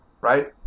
right